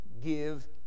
give